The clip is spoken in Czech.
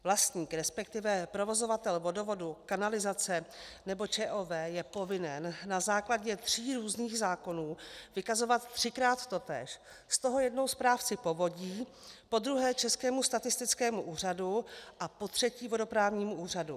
Vlastník, resp. provozovatel vodovodů, kanalizace nebo ČOV je povinen na základě tří různých zákonů vykazovat třikrát totéž z toho jednou správci povodí, podruhé Českému statistickému úřadu a potřetí Vodoprávnímu úřadu.